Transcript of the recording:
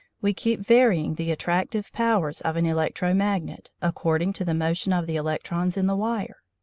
we keep varying the attractive powers of an electro-magnet, according to the motion of the electrons in the wire.